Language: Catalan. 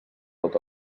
tot